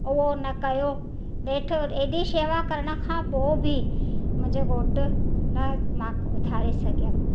उहो न कयो नेठ एॾी शेवा करण खां पोइ बि मुंहिंजो घोट न मां उथारे सघियमि